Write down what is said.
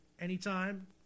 anytime